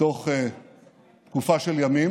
תוך תקופה של ימים,